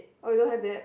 oh you don't have that